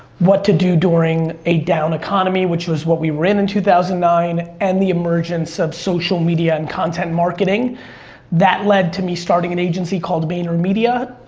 what to do during a down economy, which was what we were in in two thousand and nine, and the emergence of social media and content marketing that led to me starting an agency called vaynermedia,